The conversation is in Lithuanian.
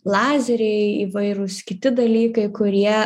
lazeriai įvairūs kiti dalykai kurie